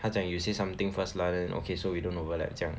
他讲 you say something first lah then okay so we don't overlap 这样